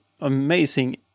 amazing